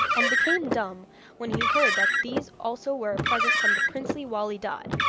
and became dumb when he heard that these also were a present from the princely wali dad,